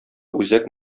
үзәк